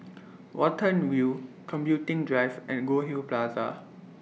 Watten View Computing Drive and Goldhill Plaza